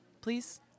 Please